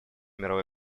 мировой